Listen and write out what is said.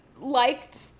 liked